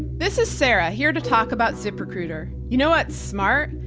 this is sarah, here to talk about ziprecruiter. you know what's smart?